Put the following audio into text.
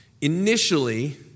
Initially